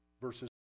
verses